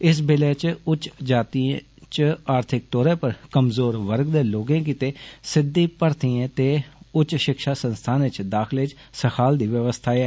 इस बिलै च उच्च जातिए च आर्थिक तौरे पर कमज़ोर वर्ग दे लोकें गितै सिद्दी भर्थिएं ते उच्च षिक्षा संस्थानें च दाखले च सखाल दी व्यवस्था ऐ